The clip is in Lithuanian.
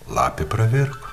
lapė pravirko